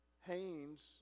Haynes